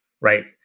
right